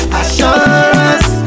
assurance